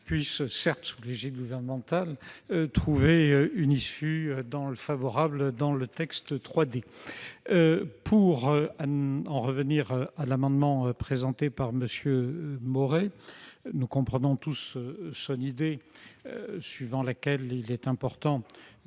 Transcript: puisse, certes, sous l'égide gouvernementale, trouver une issue favorable dans le texte 3D. Concernant l'amendement présenté par M. Maurey, nous comprenons tous son idée : il est important